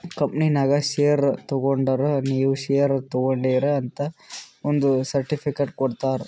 ಕಂಪನಿನಾಗ್ ಶೇರ್ ತಗೊಂಡುರ್ ನೀವೂ ಶೇರ್ ತಗೊಂಡೀರ್ ಅಂತ್ ಒಂದ್ ಸರ್ಟಿಫಿಕೇಟ್ ಕೊಡ್ತಾರ್